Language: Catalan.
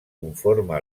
conforma